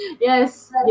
yes